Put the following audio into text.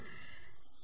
Student